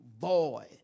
void